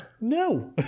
no